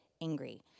angry